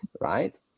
right